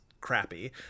crappy